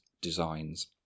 designs